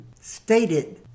stated